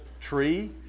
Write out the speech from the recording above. tree